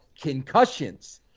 concussions